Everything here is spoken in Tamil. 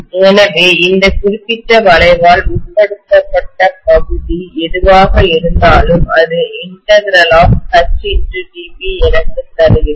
எனவே இந்த குறிப்பிட்ட வளைவால் உட்படுத்தப்பட்ட பகுதி எதுவாக இருந்தாலும் அதை H dB எனக்கு தருகிறது